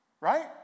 right